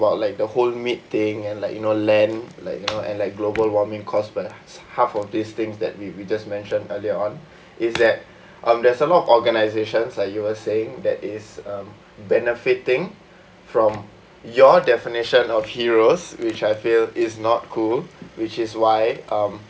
about like the whole meat thing and like you know land like you know and like global warming caused by the half of these things that we we just mentioned earlier on is that um there's a lot of organisations like you were saying that is um benefiting from your definition of heroes which I feel is not cool which is why um